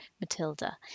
Matilda